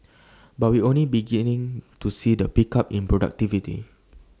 but we only beginning to see the pickup in productivity